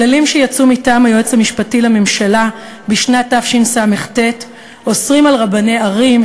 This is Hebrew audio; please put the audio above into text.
כללים שיצאו מטעם היועץ המשפטי לממשלה בשנת תשס"ט אוסרים על רבני ערים,